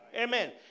Amen